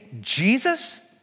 Jesus